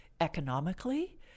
economically